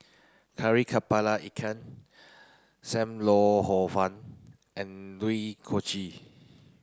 Kari Kepala Ikan Sam Lau Hor Fun and Kuih Kochi